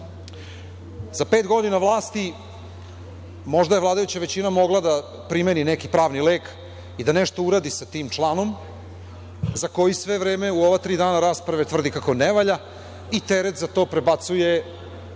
pet godina vlasti možda je vladajuća većina mogla da primeni neki pravni lek i da nešto uradi sa tim članom za koji sve vreme, u ova tri dana rasprava, tvrdi kako ne valja i teret za to prebacuje, u